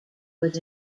was